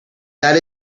that